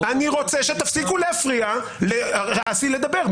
אני רוצה שתפסיקו להפריע לאסי לדבר.